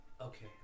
Okay